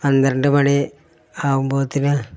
പന്ത്രണ്ട് മണി ആകുമ്പോഴത്തേന്